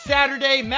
Saturday